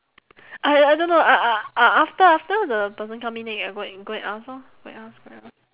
I I don't know uh uh after after the person come in then you can go and go and ask lor go and ask go and ask